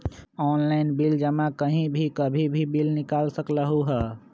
Online bill जमा कहीं भी कभी भी बिल निकाल सकलहु ह?